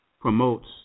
promotes